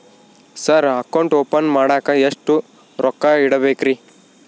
Sir account open ಮಾಡಾಕ ಎಷ್ಟು ರೊಕ್ಕ ಇಡಬೇಕ್ರಿ?